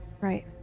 Right